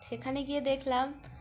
সেখানে গিয়ে দেখলাম